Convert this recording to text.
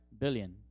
Billion